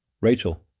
Rachel